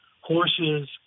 horses